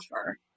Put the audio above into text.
offer